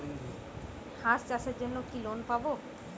হাঁস চাষের জন্য কি লোন পাব?